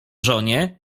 żonie